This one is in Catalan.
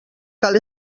cal